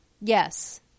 Yes